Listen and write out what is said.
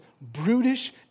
brutish